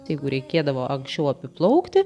jeigu reikėdavo anksčiau apiplaukti